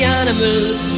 animals